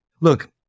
Look